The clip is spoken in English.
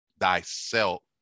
thyself